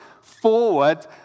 forward